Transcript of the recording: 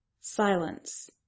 Silence